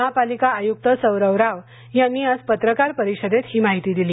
महापालिकाआयुक्त सौरव राव यांनी आज पत्रकार परिषदेत ही माहिती दिली